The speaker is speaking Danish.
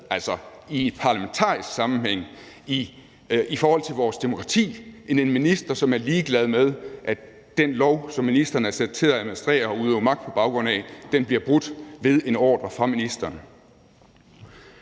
altså i en parlamentarisk sammenhæng, i forhold til vores demokrati – med, at den lov, som ministeren er sat til at administrere og udøve magt på baggrund af, bliver brudt ved en ordre fra ministeren.